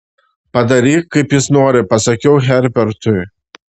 padaryk kaip jis nori pasakiau herbertui